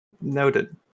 Noted